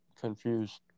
confused